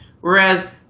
Whereas